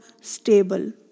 stable